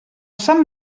sant